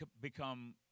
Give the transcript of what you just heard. become